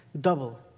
double